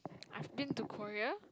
I have been to Korea